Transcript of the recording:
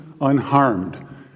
unharmed